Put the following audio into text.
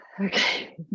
Okay